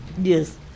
Yes